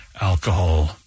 alcohol